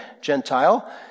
Gentile